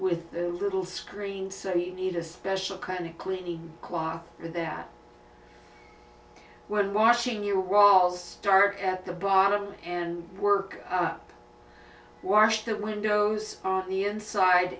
with the little screen so you need a special kind of cleaning quar that when washing your walls start at the bottom and work up wash the windows on the inside